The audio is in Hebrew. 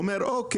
הוא אומר אוקיי,